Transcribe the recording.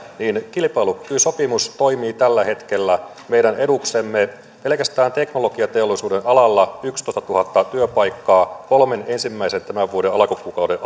kilpailukykysopimus toimii tällä hetkellä meidän eduksemme pelkästään teknologiateollisuuden alalla yksitoistatuhatta työpaikkaa kolmen ensimmäisen tämän vuoden alkukuukauden